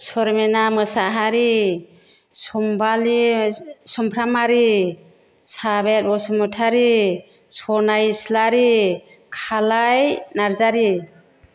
सरमेना मोसाहारि समबालि सोमफ्रामहारि साबेर बसुमतारी सनाय इसलारि खालाय नार्जारी